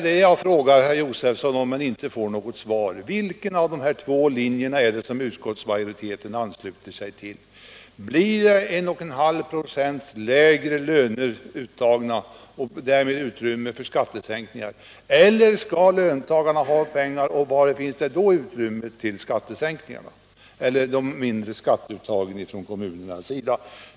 Jag har frågat herr Josefson men inte fått något svar: Vilken av dessa två linjer är det som utskottsmajoriteten ansluter sig till? Blir det 1,5 96 lägre löner och därmed utrymme för skattesänkningar, eller skall löntagarna ha pengarna och var finns då utrymmet för de mindre skatteuttagen från kommunernas sida?